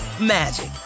magic